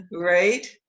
Right